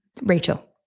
Rachel